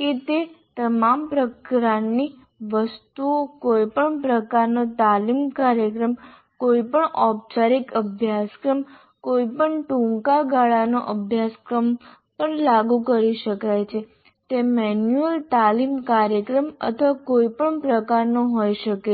કે તે તમામ પ્રકારની વસ્તુઓ કોઈપણ પ્રકારનો તાલીમ કાર્યક્રમ કોઈપણ ઓપચારિક અભ્યાસક્રમ કોઈપણ ટૂંકા ગાળાનો અભ્યાસક્રમ પર લાગુ કરી શકાય છે તે મેન્યુઅલ તાલીમ કાર્યક્રમ અથવા કોઈપણ પ્રકારનો હોઈ શકે છે